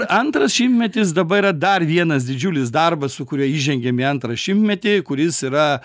antras šimtmetis dabar yra dar vienas didžiulis darbas su kuriuo įžengiam į antrą šimtmetį kuris yra